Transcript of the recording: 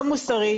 לא מוסרית,